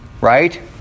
Right